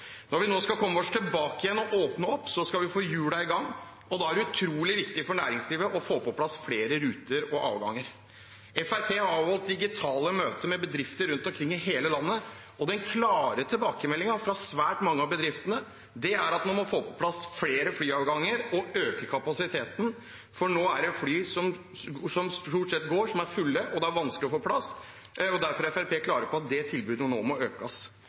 Når vi nå skal komme oss tilbake igjen, og åpne opp, så skal vi få hjulene i gang, og da er det utrolig viktig for næringslivet å få på plass flere ruter og avganger. Fremskrittspartiet har avholdt digitale møter med bedrifter rundt omkring i hele landet, og den klare tilbakemeldingen fra svært mange av bedriftene er at man må få på plass flere flyavganger og øke kapasiteten, for fly som går nå, er stort sett fulle, og det er vanskelig å få plass. Derfor er Fremskrittspartiet klar på at det tilbudet nå må økes.